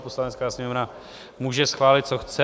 Poslanecká sněmovna může schválit, co chce.